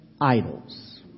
idols